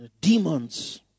Demons